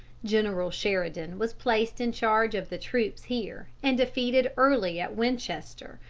general sheridan was placed in charge of the troops here, and defeated early at winchester,